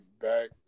back